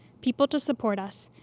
people to support us,